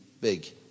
big